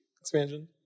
expansion